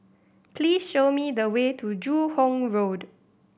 please show me the way to Joo Hong Road